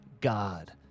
God